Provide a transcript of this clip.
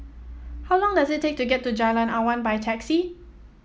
how long does it take to get to Jalan Awan by taxi